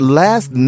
last